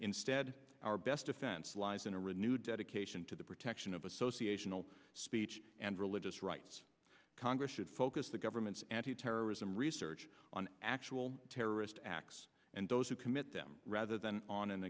instead our best defense lies in a renewed dedication to the protection of association all speech and religious rights congress should focus the government's anti terrorism research on actual terrorist acts and those who commit them rather than on an